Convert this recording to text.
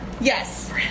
Yes